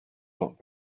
not